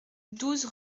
douze